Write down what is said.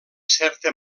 certa